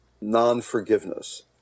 non-forgiveness